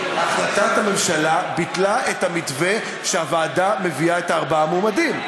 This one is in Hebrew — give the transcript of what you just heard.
החלטת הממשלה ביטלה את המתווה שהוועדה מביאה את ארבעת המועמדים.